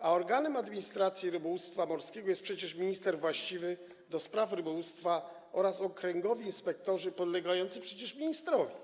a organem administracji rybołówstwa morskiego jest przecież minister właściwy do spraw rybołówstwa oraz okręgowi inspektorzy podlegający przecież ministrowi.